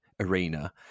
arena